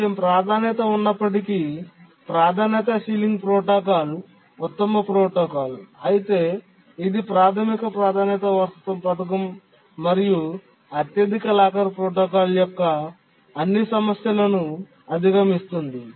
కొంచెం ప్రాధాన్యత ఉన్నప్పటికీ ప్రాధాన్యత సీలింగ్ ప్రోటోకాల్ ఉత్తమ ప్రోటోకాల్ అయితే ఇది ప్రాథమిక ప్రాధాన్యత వారసత్వ పథకం మరియు అత్యధిక లాకర్ ప్రోటోకాల్ యొక్క అన్ని సమస్యలను అధిగమిస్తుంది